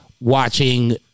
watching